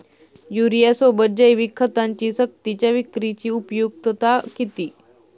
युरियासोबत जैविक खतांची सक्तीच्या विक्रीची उपयुक्तता किती?